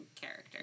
character